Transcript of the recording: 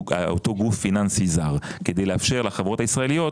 על ידי אותו גוף פיננסי זר כדי לאפשר לחברות הישראליות